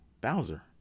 Bowser